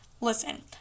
listen